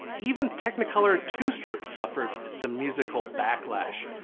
even technicolor two strip suffered the musical backlash,